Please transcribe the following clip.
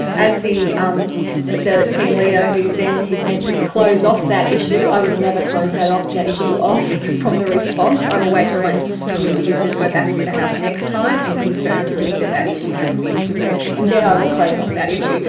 as the um the team leader who then is meant to close off that issue, i would never close that off that issue off from the response. i will wait till my community visitors go back into the house next time and confirm for me that that issue has been confirmed, and then i will close off that issue,